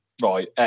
right